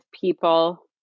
people